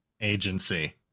Agency